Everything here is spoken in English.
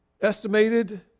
Estimated